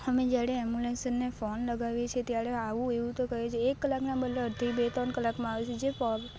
અમે જ્યારે એમ્બ્યુલન્સને ફોન લગાવીએ છીએ ત્યારે આવું એવું તો કહે છે એક કલાકને બદલે અઢી બે ત્રણ કલાકમાં આવે છે જે પોગ